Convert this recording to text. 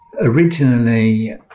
Originally